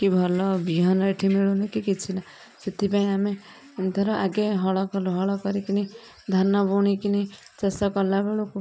କି ଭଲ ବିହନ ଏଠି ମିଳୁନି କି କିଛି ନା ସେଥିପାଇଁ ଆମେ ଧର ଆଗେ ହଳ କଲୁ ହଳ କରିକିନି ଧାନ ବୁଣିକିନି ଶେଷ କଲା ବେଳକୁ